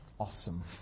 awesome